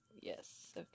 yes